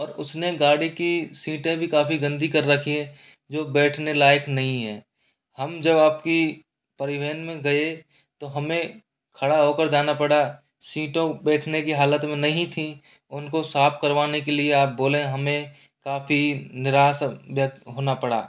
और उसने गाड़ी की सीटें भी काफ़ी गंदी कर रखी है जो बैठने लायक नहीं है हम जब आपकी परिवहन में गए तो हमें खड़ा होकर जाना पड़ा सीटों बैठने की हालत में नहीं थीं उनको साफ करवाने के लिए आप बोलें हमें काफ़ी निराश व्यक्त होना पड़ा